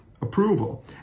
approval